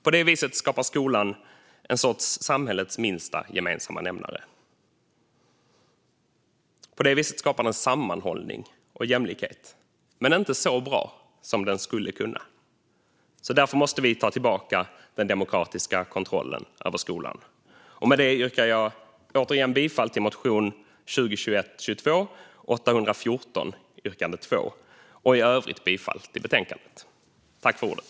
På det viset skapar skolan en sorts samhällets minsta gemensamma nämnare. På det viset skapar den sammanhållning och jämlikhet, men inte så bra som den skulle kunna. Därför måste vi ta tillbaka den demokratiska kontrollen över skolan. Med det yrkar jag återigen bifall till motion 2021/22:814, yrkande 2, och i övrigt bifall till utskottets förslag i betänkandet.